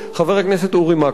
חבר הכנסת אורי מקלב.